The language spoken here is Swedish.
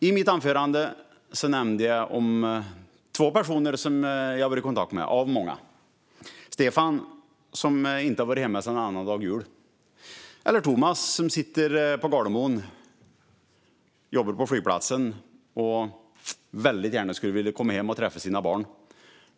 I mitt anförande nämnde jag två av alla de personer jag har träffat: Stefan som inte har varit hemma sedan annandag jul och Tomas som jobbar på Gardemoens flygplats och väldigt gärna vill träffa sina barn.